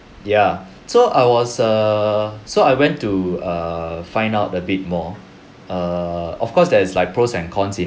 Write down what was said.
ya so I was err so I went to err find out a bit more err of course there's like pros and cons in